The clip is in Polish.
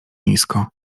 nisko